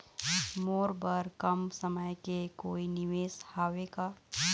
मोर बर कम समय के कोई निवेश हावे का?